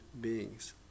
beings